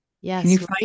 Yes